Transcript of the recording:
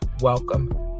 welcome